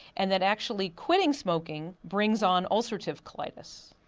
and that actually quitting smoking brings on ulcerative colitis.